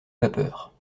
vapeur